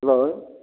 hello